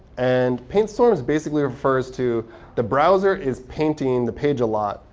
and pant storms basically refers to the browser is painting the page a lot.